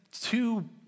two